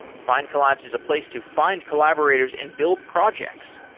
findcollabs is a place to find collaborators and build projects.